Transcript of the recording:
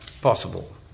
possible